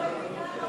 לוועדת הכנסת נתקבלה.